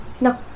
no